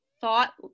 thought